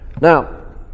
Now